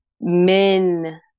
men